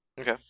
Okay